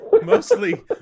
Mostly